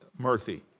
Murthy